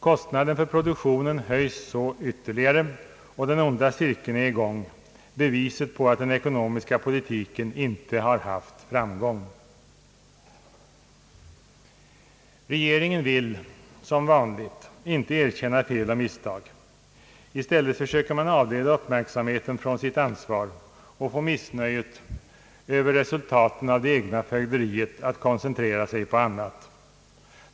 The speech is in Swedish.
Kostnaden för produktionen höjs så ytterligare och den onda cirkeln är i gång — beviset på att den ekonomiska politiken inte har haft framgång. Regeringen vill som vanligt inte erkänna fel och misstag. I stället försöker man avleda uppmärksamheten från sitt ansvar och få missnöjet med resultaten av det egna fögderiet att koncentrera sig på annat.